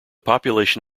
population